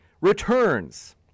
returns